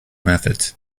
methods